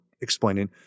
explaining